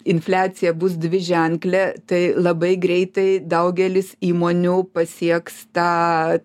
infliacija bus dviženklė tai labai greitai daugelis įmonių pasieks tą